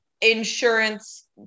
insurance